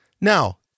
Now